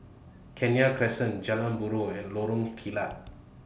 Kenya Crescent Jalan Buroh and Lorong Kilat